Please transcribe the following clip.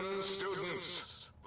students